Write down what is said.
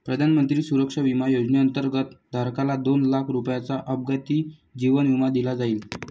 प्रधानमंत्री सुरक्षा विमा योजनेअंतर्गत, धारकाला दोन लाख रुपयांचा अपघाती जीवन विमा दिला जाईल